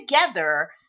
together